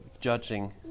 judging